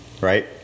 right